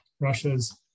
Russia's